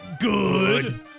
good